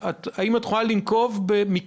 לכן אני שואל אם את יכולה לנקוב במדינה